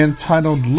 Entitled